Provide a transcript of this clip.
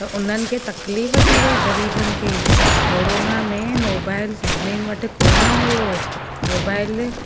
त उन्हनि खे तकलीफ़ु थी वई ग़रीबनि खे कॉरोना में मोबाइल सभिनीनि वटि कोन हुयो मोबाइल